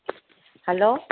hello